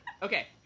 Okay